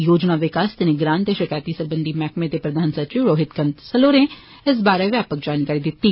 योजना विकास ते निगरानी ते शकैते सरबंधी मैहकमें दे प्रधान सचिव रोहित कन्सल होरें इस बारै व्यापक जानकारी दित्ती